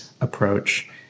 approach